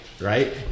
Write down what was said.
right